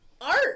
art